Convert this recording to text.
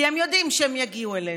כי הם יודעים שיגיעו אלינו,